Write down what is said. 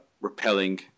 repelling